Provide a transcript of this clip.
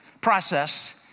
process